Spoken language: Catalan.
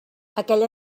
aquella